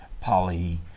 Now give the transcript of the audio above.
poly